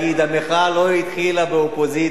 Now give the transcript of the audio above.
המחאה לא התחילה באופוזיציה.